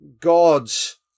God's